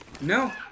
No